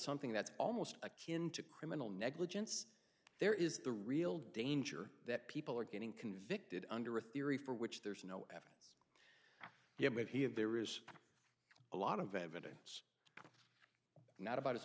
something that's almost akin to criminal negligence there is the real danger that people are getting convicted under a theory for which there's no evidence yet he of there is a lot of evidence not about his